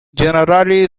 generally